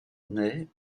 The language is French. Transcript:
naît